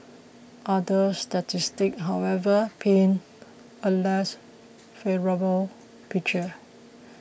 other statistics however paint a less favourable picture